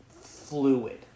fluid